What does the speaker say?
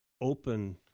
open